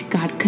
God